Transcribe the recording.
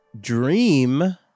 Dream